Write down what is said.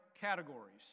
categories